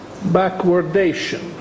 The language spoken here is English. backwardation